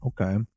Okay